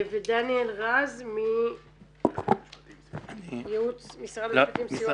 דניאל רז, סיוע משפטי,